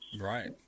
right